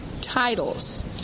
titles